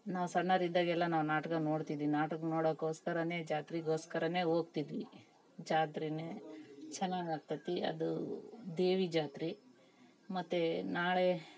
ನಾವು ಸಣ್ಣವ್ರು ಇದ್ದಾಗೆಲ್ಲ ನಾವು ನಾಟ್ಕ ನೋಡ್ತಿದ್ವಿ ನಾಟಕ ನೋಡೋಕೋಸ್ಕರ ಜಾತ್ರೆಗೋಸ್ಕರನೇ ಹೋಗ್ತಿದ್ವಿ ಜಾತ್ರೆನೆ ಚೆನ್ನಾಗಾಗ್ತೈತಿ ಅದು ದೇವಿ ಜಾತ್ರೆ ಮತ್ತು ನಾಳೆ